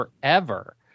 forever